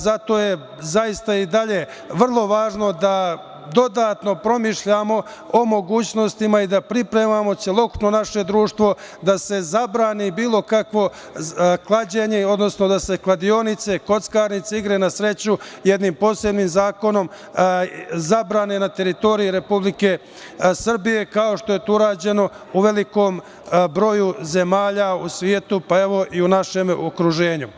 Zato je zaista i dalje vrlo važno da dodatno promišljamo o mogućnostima i da pripremamo celokupno naše društvo da se zabrani bilo kakvo klađenje, odnosno da se kladionice, kockarnice, igre na sreću jednim posebnim zakonom zabrane na teritoriji Republike Srbije, kao što je to urađeno u velikom broju zemalja u svetu, pa evo i u našem okruženju.